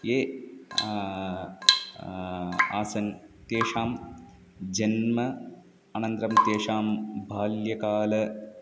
ये आसन् तेषां जन्म अनन्तरं तेषां बाल्यकाल